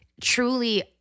truly